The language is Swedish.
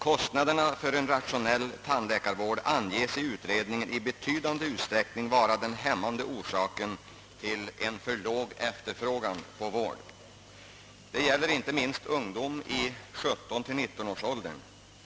Kostnaderna för en rationell tandvård anses i utredningen i betydande utsträckning vara den hämmande orsaken till en för låg efterfrågan på vård. Detta gäller inte minst ungdom i åldrarna 17—19 år.